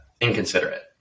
inconsiderate